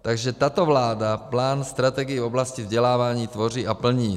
Takže tato vláda plán strategie v oblasti vzdělávání tvoří a plní.